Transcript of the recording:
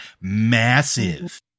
Massive